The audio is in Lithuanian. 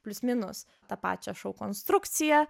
plius minus tą pačią šou konstrukciją